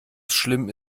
schlimm